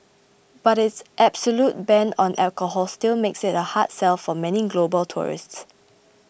but its absolute ban on alcohol still makes it a hard sell for many global tourists